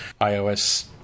iOS